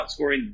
outscoring